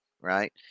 right